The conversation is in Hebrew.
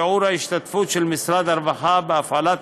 שיעור ההשתתפות של משרד הרווחה בהפעלת